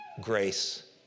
grace